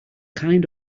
kind